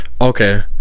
Okay